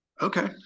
Okay